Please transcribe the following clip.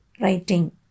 writing